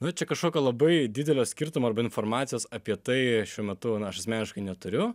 nu čia kažkokio labai didelio skirtumo arba informacijos apie tai šiuo metu na aš asmeniškai neturiu